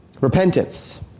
repentance